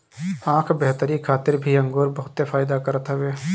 आँख बेहतरी खातिर भी अंगूर बहुते फायदा करत हवे